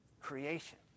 creation